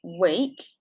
week